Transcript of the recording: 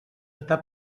està